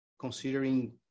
considering